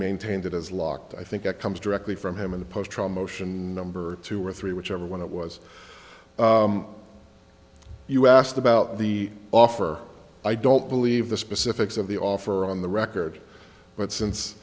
maintained it is locked i think that comes directly from him in the post trauma ocean number two or three whichever one it was you asked about the offer i don't believe the specifics of the offer on the record but since